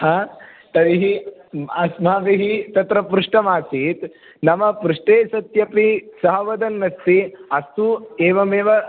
तर्हि अस्माभिः तत्र पृष्टमासीत् नाम पृष्टे सत्यपि सः वदन्नस्ति अस्तु एवमेव